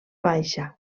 baixa